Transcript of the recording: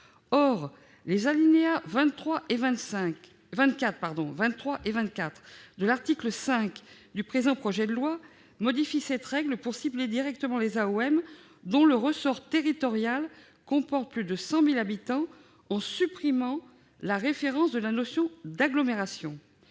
Or les alinéas 23 et 24 de l'article 5 du projet de loi modifient cette règle pour cibler directement les AOM dont le ressort territorial comporte plus de 100 000 habitants, en supprimant la référence à la notion d'agglomération.